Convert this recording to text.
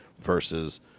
versus